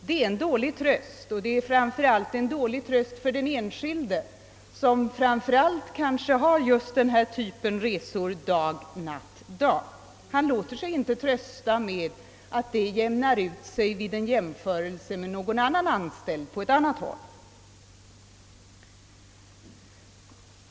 Det är en dålig tröst — framför allt för den enskilde som kanske främst berörs av denna typ av resor, dag-nattdag. En sådan person låter sig inte tröstas med att det jämnar ut sig om hänsyn tas till någon annan anställd på något annat håll.